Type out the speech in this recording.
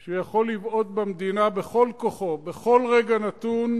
שהוא יכול לבעוט במדינה בכל כוחו בכל רגע נתון,